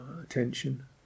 attention